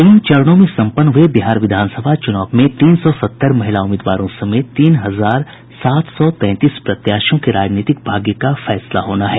तीन चरणों में सम्पन्न हुये बिहार विधानसभा चुनाव में तीन सौ सत्तर महिला उम्मीदवारों समेत तीन हजार सात सौ तैंतीस प्रत्याशियों के राजनीतिक भाग्य का फैसला होना है